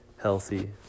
Healthy